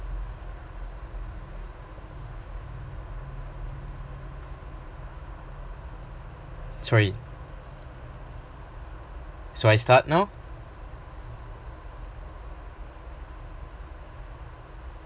sorry should I start now